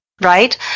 right